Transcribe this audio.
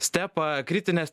stepą kritines